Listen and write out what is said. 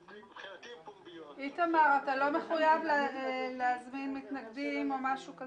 ההרכב נקבע בחוק, המועדים נקבעו בחוק משק